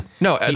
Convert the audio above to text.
No